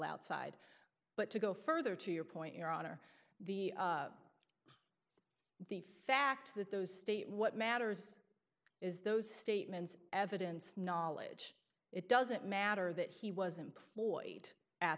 outside but to go further to your point your honor the the fact that those state what matters is those statements evidence knowledge it doesn't matter that he was employed at